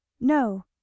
no